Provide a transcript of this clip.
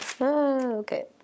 Okay